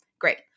Great